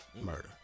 murder